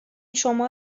شما